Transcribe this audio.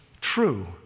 true